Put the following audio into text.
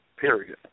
period